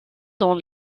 dans